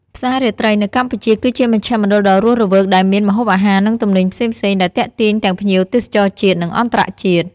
ផ្សាររាត្រីនៅកម្ពុជា គឺជាមជ្ឈមណ្ឌលដ៏រស់រវើកដែលមាន ម្ហូបអាហារ និងទំនិញផ្សេងៗ ដែលទាក់ទាញទាំងភ្ញៀវទេសចរជាតិ និងអន្តរជាតិ។